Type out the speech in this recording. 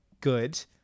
good